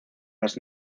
las